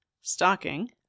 stocking